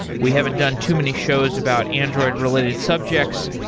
we haven't done too many shows about android-related subjects,